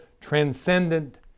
transcendent